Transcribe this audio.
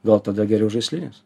gal tada geriau žaislinis